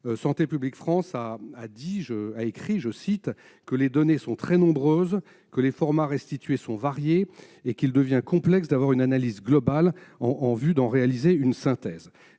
Santé publique France, « les données sont très nombreuses, les formats restitués sont variés et il devient complexe d'avoir une analyse globale en vue d'en réaliser une synthèse ».